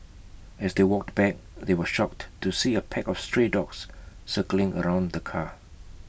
as they walked back they were shocked to see A pack of stray dogs circling around the car